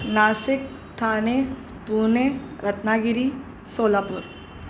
Nashik Thane Pune Ratnagiri Solapur